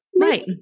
right